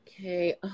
Okay